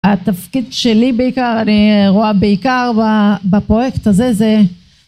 התפקיד שלי בעיקר אני רואה בעיקר בפרויקט הזה זה